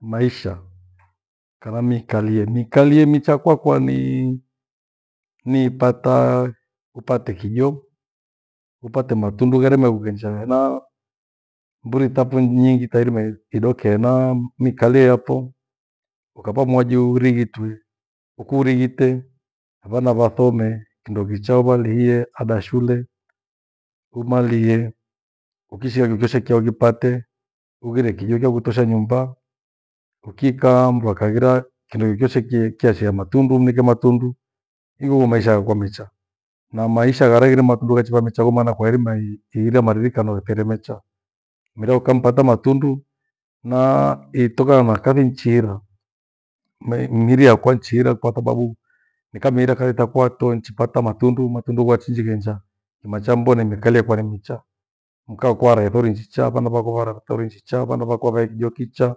Maisha, kana miikalie niikalie micha kwakwa nii- nipataa, upate kijo, upate matundu, gherema ikughenja hena mburi tapho nyingi tarina idokea hena miikalie yapho. Ukava mwajuuri ighitwe ukurighite, vana vathome, kindo kicha ivalihie ada shule umalie. Ukishigha chocho she kia ukipate ughire kijo cha kutosha nyumbaa. Ukikaa mndu akaghira kindo chochoshe kiye cha shigha matundu umnike matundu. Ighoho maisha ghakwa mecha na maisha gharaghire matundu kachiva mechagho maana kwa irima i- ghire marithika na nautere mecha. Mira ukampata matundu naa itokana na kathi nchihira me- miri yakwa nchihira kwa thababu nikamiira kathi ta kwea tonji pata matundu, matundu gwachinjingenja emacho mbone nimikalie kware mechaa. Mkao kware thori njicha, vana vakovara thori njicha, vana vako wavae kijo kichaa,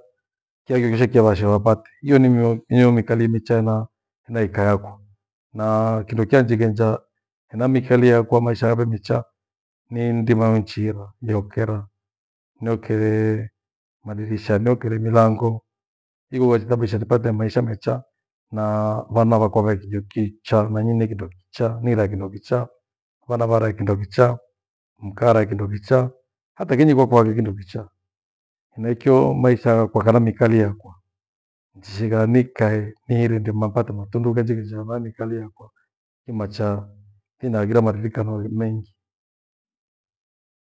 chaghire shekia washe wapate. Hiyo ni mioni hiyo miikalie micha enaa naikae yakwa. Na kindo kya njighenja ena mikalia yakwa maisha yawe micha ni ndima ewenichiirwa niokera. Niokere madirisha, niokere milango igho wechisababisha nipate maisha mecha naa vana vakwa vae kijo kicha, nanyi nikindo kichaa. Nilae kindo kichaa vana varae kindokicha, mka arae kindo kicha. Hata kenyiko kwake kindo kichaa henaicho maisha ghakwa kana miikalie yakwa. Njichishigha nikae nihirindima nipate matundu ngenji ngenji hava niikalie hakwa kimacha kinahaghira madirika nauri mengi.